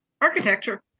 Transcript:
architecture